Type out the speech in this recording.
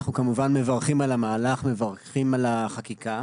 אנחנו, כמובן, מברכים על המהלך ומברכים על החקיקה.